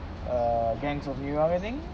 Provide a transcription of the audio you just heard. err gangs of new york I think